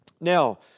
Now